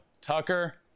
tucker